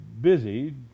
busy